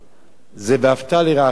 זה "ואהבת לרעך כמוך".